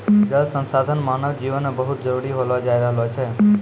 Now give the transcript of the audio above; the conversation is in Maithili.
जल संसाधन मानव जिवन मे बहुत जरुरी होलो जाय रहलो छै